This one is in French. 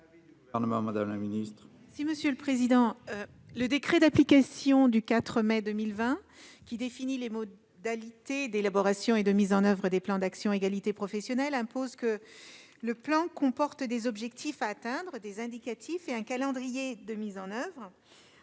madame la ministre,